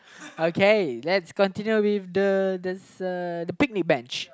okay let's continue with the there's a pygmy bench